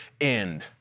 end